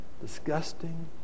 disgusting